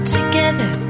together